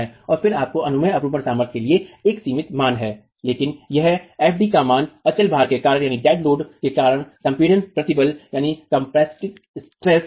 और फिर आपको अनुमेय अपरूपण सामर्थ्य के लिए एक सीमित मान है लेकिन यहां एफडी fd का मान डेड भार के कारण संपीडन प्रतिबल है